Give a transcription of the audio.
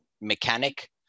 mechanic